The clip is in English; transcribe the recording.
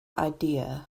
idea